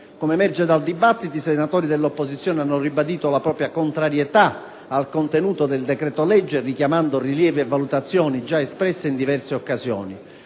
Come emerge dal dibattito, i senatori dell'opposizione hanno ribadito la propria contrarietà al contenuto del decreto-legge, richiamando rilievi e valutazioni già espressi in diverse occasioni.